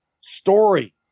story